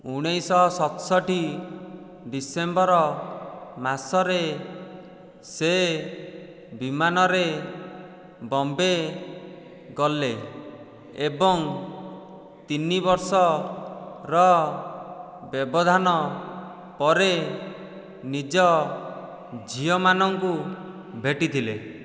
ଉଣେଇଶହ ସତ୍ଷଠି ଡିସେମ୍ବର୍ ମାସରେ ସେ ବିମାନରେ ବମ୍ବେ ଗଲେ ଏବଂ ତିନି ବର୍ଷର ବ୍ୟବଧାନ ପରେ ନିଜ ଝିଅମାନଙ୍କୁ ଭେଟିଥିଲେ